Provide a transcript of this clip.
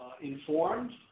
informed